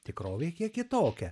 tikrovė kiek kitokia